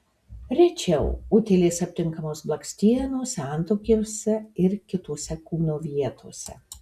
rečiau utėlės aptinkamos blakstienose antakiuose ir kitose kūno vietose